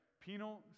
Penal